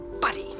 buddy